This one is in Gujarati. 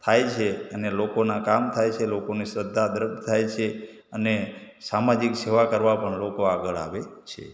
થાય છે અને લોકોનાં કામ થાય છે લોકોને શ્રદ્ધા દૃઢ થાય છે અને સામાજિક સેવા કરવા પણ લોકો આગળ આવે છે